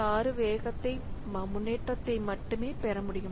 6 வேக முன்னேற்றத்தை மட்டுமே பெற முடியும்